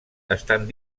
estan